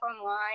online